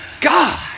God